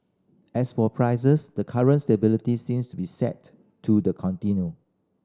as for prices the current stability seems to be set to the continue